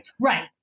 Right